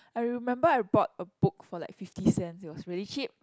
I remember I bought a book for like fifty cents it was really cheap